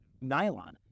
nylon